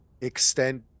extend